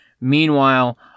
Meanwhile